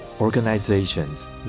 organizations